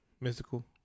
Mystical